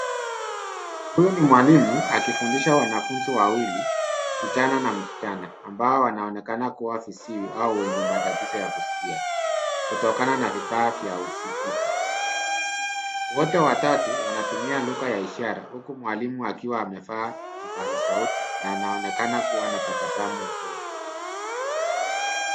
Huyu ni mwalimu akifundisha wanafunzi wawili kijana na msichana ambao wanaonekana kuwa viziwi au wenye matatizo ya kusikia kutokana na vifaa vya usikivu wote watatu wanatumia lugha ya ishara huku mwalimu akiwa amevaa kipasa sauti na anaonekana kuwa na tabasamu usoni.